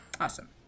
Awesome